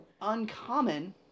uncommon